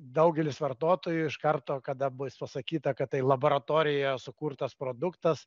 daugelis vartotojų iš karto kada bus pasakyta kad tai laboratorijoje sukurtas produktas